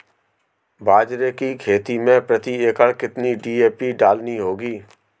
बाजरे की खेती में प्रति एकड़ कितनी डी.ए.पी डालनी होगी?